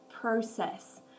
process